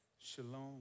Shalom